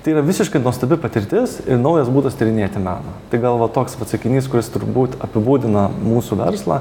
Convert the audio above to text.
tai yra visiškai nuostabi patirtis ir naujas būdas tyrinėti meną tai gal va toks vat sakinys kuris turbūt apibūdina mūsų verslą